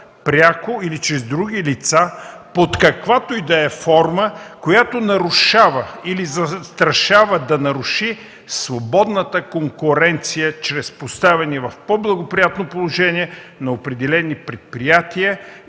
пряко или чрез други лица, под каквато и да е форма, която нарушава или застрашава да наруши свободната конкуренция чрез поставяне в по-благоприятно положение на определени предприятия